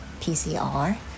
PCR